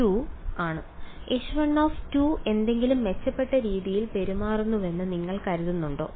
H1 എന്തെങ്കിലും മെച്ചപ്പെട്ട രീതിയിൽ പെരുമാറുമെന്ന് നിങ്ങൾ കരുതുന്നുണ്ടോ